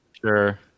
Sure